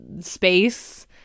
space